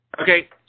Okay